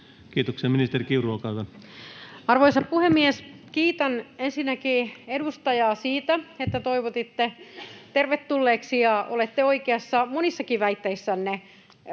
Kiitoksia. — Ministeri Kiuru, olkaa hyvä. Arvoisa puhemies! Kiitän ensinnäkin edustajaa siitä, että toivotitte tervetulleeksi. Ja olette oikeassa monissakin väitteissänne,